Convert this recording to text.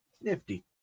Nifty